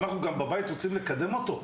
אנחנו גם בבית, רוצים לקדם אותו.